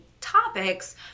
topics